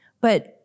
But-